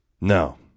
No